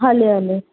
हले हले